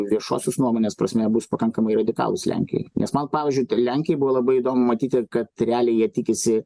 viešosios nuomonės prasme bus pakankamai radikalūs lenkijoj nes man pavyzdžiui toj lenkijoj buvo labai įdomu matyti kad realiai jie tikisi